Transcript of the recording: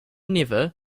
never